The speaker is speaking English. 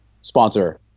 sponsor